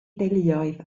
deuluoedd